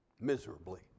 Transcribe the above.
Miserably